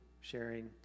sharing